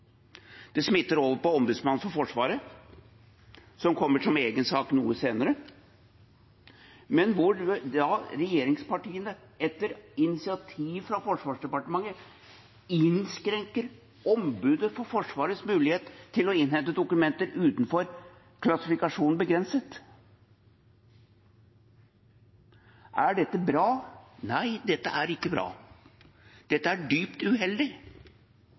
Det smitter over på Ombudsmannen for Forsvaret, som kommer som egen sak noe senere, men hvor regjeringspartiene etter initiativ fra Forsvarsdepartementet innskrenker Ombudsmannen for Forsvaret sine muligheter til å innhente dokumenter utenfor klassifikasjonen «BEGRENSET». Er dette bra? Nei, dette er ikke bra. Dette er dypt uheldig,